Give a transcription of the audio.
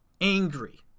Angry